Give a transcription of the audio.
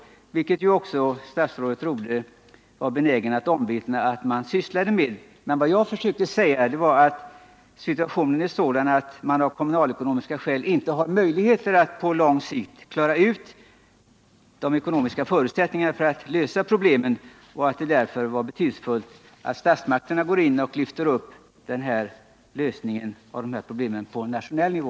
Statsrådet Rodhe var ju också benägen att omvittna att kommunen sysslade med detta. Vad jag försökte säga var att situationen är sådan att man på det kommunalekonomiska planet inte har möjligheter att på lång sikt klara ut de ekonomiska förutsättningarna för att lösa problemet och att det därför var betydelsefullt att statsmakterna gick in och lyfte upp lösningen av detta problem på en nationell nivå.